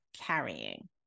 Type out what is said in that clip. carrying